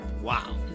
Wow